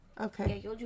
Okay